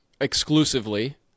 exclusively